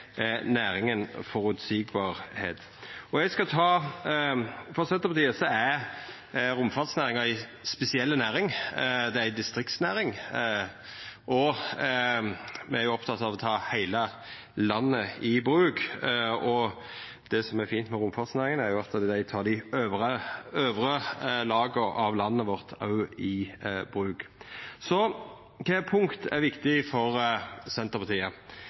næringa føreseielegheit. For Senterpartiet er romfartsnæringa ei spesiell næring. Det er ei distriktsnæring. Me er jo opptekne av å ta heile landet i bruk, og det som er fint med romfartsnæringa, er at dei òg tek dei øvre laga av landet vårt i bruk. Så kva punkt er viktig for Senterpartiet?